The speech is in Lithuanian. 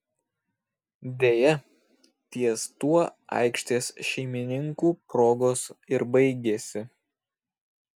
deja ties tuo aikštės šeimininkų progos ir baigėsi